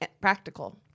Practical